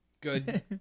Good